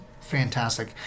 fantastic